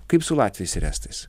kaip su latviais ir estais